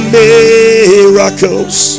miracles